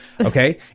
Okay